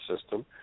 system